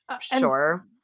Sure